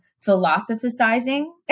philosophizing